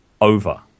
over